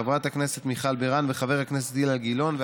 חברת הכנסת מיכל בירן וחבר הכנסת אילן גילאון.